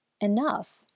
enough